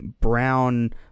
brown